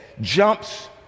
jumps